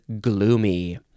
gloomy